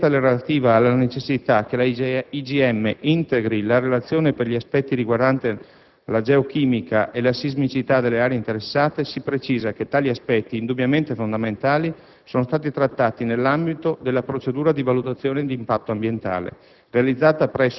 Quanto alla richiesta relativa alla necessità che la IGM «integri la relazione per gli aspetti riguardanti la geochimica e la sismicità delle aree interessate», si precisa che tali aspetti, indubbiamente fondamentali, sono stati trattati nell'ambito della procedura di valutazione d'impatto ambientale,